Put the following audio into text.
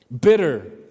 bitter